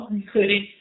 including